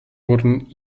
wurden